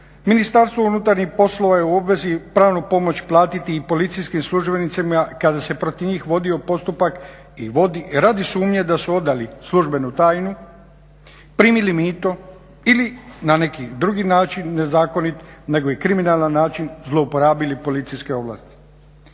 Ministarstvo unutarnjih poslova je u obvezi pravnu pomoć platiti i policijskim službenicima kada se protiv njih vodio postupak i vodi radi sumnje da su odali službenu tajnu, primili mito ili na neki drugi način nezakonit nego i kriminalan način zlouporabili policijske ovlasti.